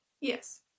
Yes